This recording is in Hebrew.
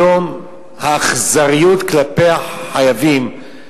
היום האכזריות כלפי החייבים.